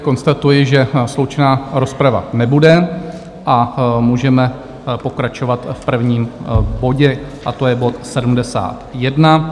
Konstatuji, že sloučená rozprava nebude, a můžeme pokračovat v prvním bodě, a to je bod 71.